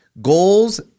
goals